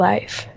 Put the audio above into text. Life